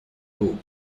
move